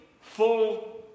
full